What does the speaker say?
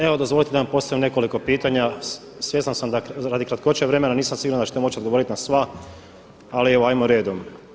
Evo dozvolite da vam postavim nekoliko pitanja, svjestan sam da radi kratkoće vremena nisam siguran da ćete moći odgovoriti na sva, ali evo jamo redom.